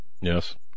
Yes